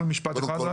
אפשר משפט אחד?